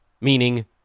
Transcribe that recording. meaning